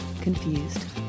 Confused